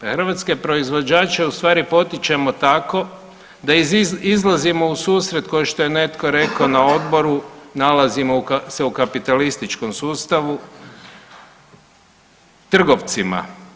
Hrvatske proizvođače u stvari potičemo tako da izlazimo u susret košto je netko rekao na odboru nalazimo se u kapitalističkom sustavu, trgovcima.